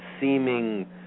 seeming